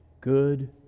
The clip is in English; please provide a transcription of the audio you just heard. good